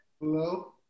Hello